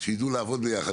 שיידעו לעבוד ביחד.